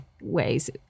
ways